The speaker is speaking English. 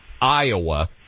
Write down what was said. Iowa